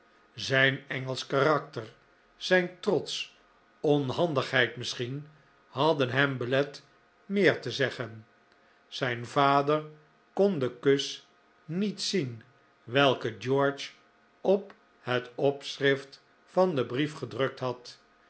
zijn engelsch karakter zijn trots onhandigheid misschien hadden hem belet meer te zeggen zijn vader kon den kus niet zien welken george op het opschrift van den brief gedrukt had